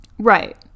Right